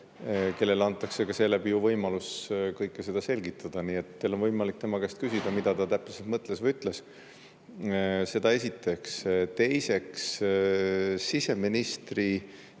kellele antakse ka seeläbi ju võimalus kõike seda selgitada. Nii et teil on võimalik tema käest küsida, mida ta täpselt mõtles või ütles. Seda esiteks. Teiseks. Siseministri